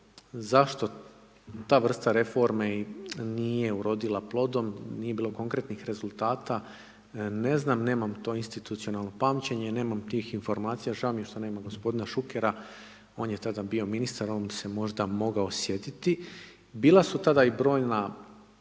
Zašto ta vrsta reforme nije urodila plodom, nije bilo konkretnih rezultata, ne znam, nemam to institucionalno pamćenje, nemam tih informacija, žao mi je što nema gospodina Šukera, on je tada bio ministar, on bi se možda mogao sjetiti. Bila su tada i brojna